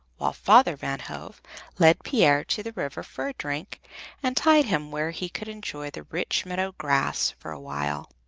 while father van hove led pier to the river for a drink and tied him where he could enjoy the rich meadow grass for a while.